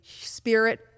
spirit